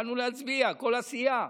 באנו להצביע כל הסיעה,